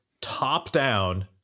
top-down